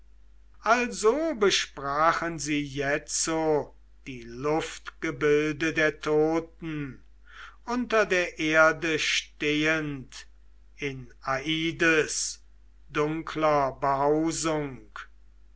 also besprachen sich jetzo die luftgebilde der toten unter der erde stehend in aides dunkler behausung